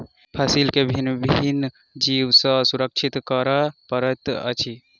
फसील के भिन्न भिन्न जीव सॅ सुरक्षित करअ पड़ैत अछि